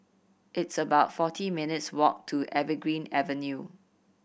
it's about forty minutes' walk to Evergreen Avenue